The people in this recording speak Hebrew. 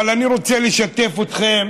אבל אני רוצה לשתף אתכם